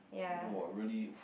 !wow! really